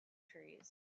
trees